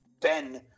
Ben